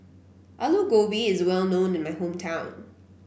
Alu Gobi is well known in my hometown